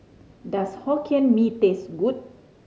does Hokkien Mee taste good